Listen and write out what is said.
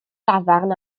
dafarn